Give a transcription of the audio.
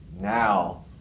now